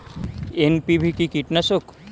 NPV কি কীটনাশক?